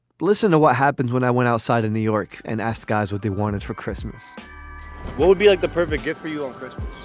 listen to what happened when i went outside in new york and asked guys what they wanted for christmas what would be like the perfect gift for you on christmas?